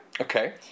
Okay